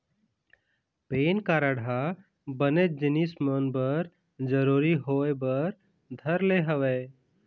PAN card ह बनेच जिनिस मन बर जरुरी होय बर धर ले हवय